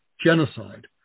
genocide